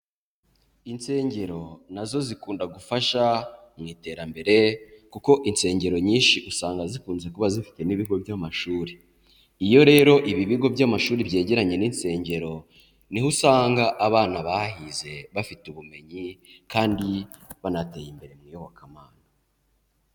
Insengero nazo zikunda gufasha mu iterambere, kuko insengero nyinshi usanga zikunze kuba zifite n'ibigo by'amashuri, iyo rero ibi bigo by'amashuri byegeranye n'insengero, niho usanga abana bahize bafite ubumenyi kandi banateye imbere mu iyobokamana.